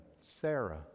Sarah